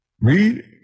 Read